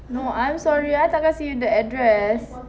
no I'm sorry I tak kasi you the address